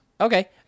Okay